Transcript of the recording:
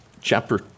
chapter